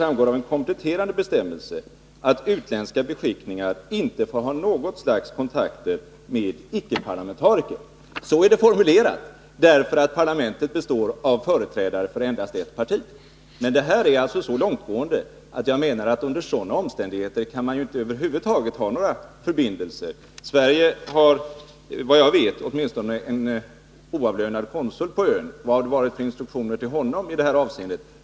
Av en kompletterande bestämmelse framgår det att utländska beskickningar inte får ha något slags kontakter med icke-parlamentariker. Så är det formulerat därför att parlamentet består av företrädare för endast ett parti. Detta är så långtgående bestämmelser att jag menar att man inte kan ha några förbindelser över huvud taget. Såvitt jag vet har Sverige en oavlönad konsul på ön. Vilka instruktioner har han fått i det här avseendet?